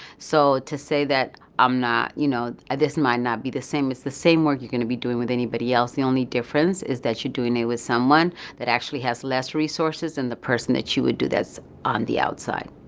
so to say that i'm not, you know ah this might not be the same it's the same work you're going to be doing with anybody else. the only difference is that you're doing it with someone that actually has less resources than and the person that you would do this on the outside.